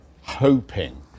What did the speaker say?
hoping